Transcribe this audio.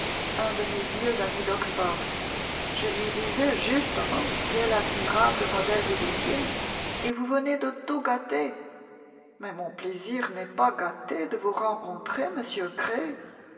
un de mes vieux amis d'oxford je lui disais justement quel admirable modèle vous étiez et vous venez de tout gâter mais mon plaisir n'est pas gâté de vous rencontrer monsieur gray